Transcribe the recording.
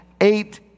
eight